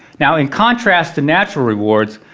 now, in contrast to natural rewards,